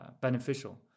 beneficial